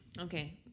Okay